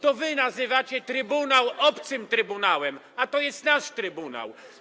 To wy nazywacie Trybunał obcym trybunałem, a to jest nasz trybunał.